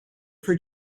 for